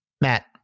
Matt